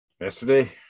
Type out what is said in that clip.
Yesterday